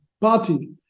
party